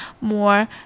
more